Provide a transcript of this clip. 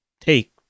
take